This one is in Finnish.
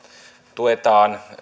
tuetaan